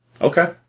Okay